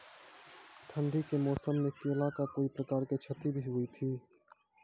ठंडी के मौसम मे केला का कोई प्रकार के क्षति भी हुई थी?